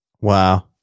Wow